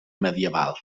medieval